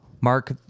Mark